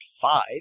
five